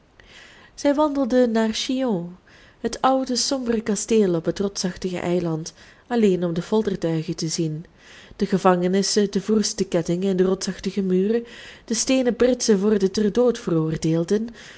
zij wandelden naar chillon het oude sombere kasteel op het rotsachtige eiland alleen om de foltertuigen te zien de gevangenissen de verroeste kettingen in de rotsachtige muren de steenen britsen voor de ter dood veroordeelden